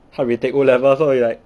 他 retake O level 所以 like